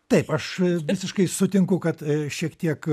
taip aš visiškai sutinku kad šiek tiek